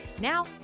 now